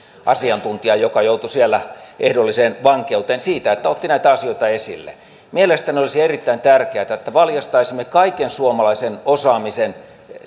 asiantuntija joutui ehdolliseen vankeuteen siitä että otti näitä asioita esille mielestäni olisi erittäin tärkeätä että valjastaisimme kaiken suomalaisen osaamisen